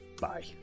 bye